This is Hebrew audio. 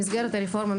במסגרת הרפורמה,